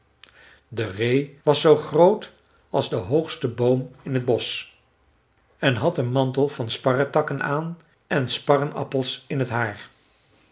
de ree was zoo groot als de hoogste boom in t bosch en had een mantel van sparretakken aan en sparrenappels in t haar